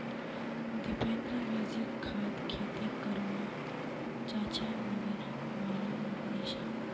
दीपेंद्र जैविक खाद खेती कर वा चहाचे मगर मालूम मोक नी छे